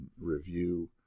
review